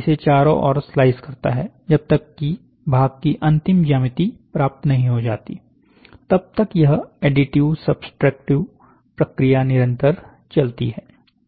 इसे चारों ओर स्लाइस करता है जब तक कि भाग की अंतिम ज्यामिति प्राप्त नहीं हो जाती तब तक यह एडिटिव सब्ट्रैक्टिव प्रक्रिया निरंतर चलती है